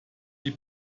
die